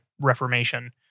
reformation